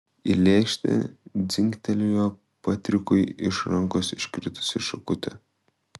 į lėkštę dzingtelėjo patrikui iš rankos iškritusi šakutė